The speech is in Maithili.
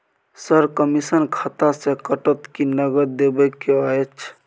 सर, कमिसन खाता से कटत कि नगद देबै के अएछ?